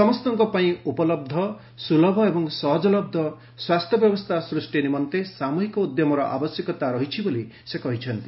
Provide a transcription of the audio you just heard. ସମସ୍ତଙ୍କ ପାଇଁ ଉପଲହ୍ଧ ସୁଲଭ ଏବଂ ସହଜଲହ୍ଧ ସ୍ୱାସ୍ଥ୍ୟ ବ୍ୟବସ୍ଥା ସୃଷ୍ଟି ନିମନ୍ତେ ସାମୁହିକ ଉଦ୍ୟମର ଆବଶ୍ୟକତା ରହିଛି ବୋଲି ସେ କହିଛନ୍ତି